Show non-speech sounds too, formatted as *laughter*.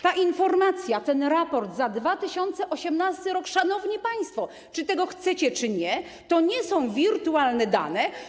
Ta informacja, ten raport za 2018 r., szanowni państwo, czy tego chcecie, czy nie, to nie są *noise* wirtualne dane.